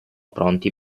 pronti